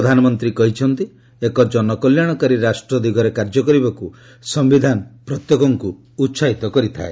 ଶ୍ରୀ ମୋଦି କହିଛନ୍ତି ଏକ ଜନକଲ୍ୟାଶକାରୀ ରାଷ୍ଟ୍ର ଦିଗରେ କାର୍ଯ୍ୟ କରିବାକୁ ସମ୍ଭିଧାନ ପ୍ରତ୍ୟେକଙ୍କୁ ଉହାହିତ କରିଥାଏ